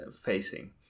facing